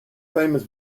famous